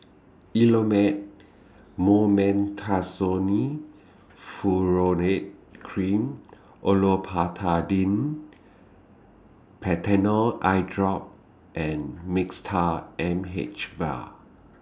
Elomet Mometasone Furoate Cream Olopatadine Patanol Eyedrop and Mixtard M H Vial